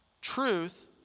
truth